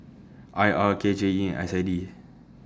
I R K J E S I D